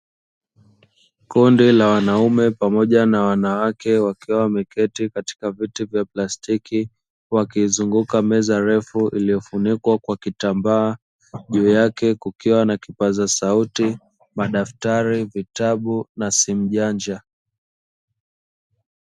Kundi la wanaume pamoja na wanawake wakiwa wameketi katika viti vya plastiki, wakiizunguka meza refu iliyofunikwa kwa kitambaa juu yake kukiwa na kipaza sauti, madaftari, vitabu na simu janja.